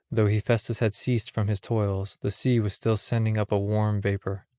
though hephaestus had ceased from his toils, the sea was still sending up a warm vapour.